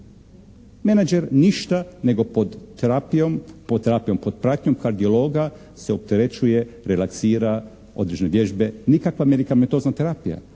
Menadžer ništa nego pod terapijom, pod pratnjom kardiologa se opterećuje, relaksira, određene vježbe, nikakva medikametozna terapija,